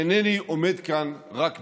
אינני עומד כאן רק בשמי,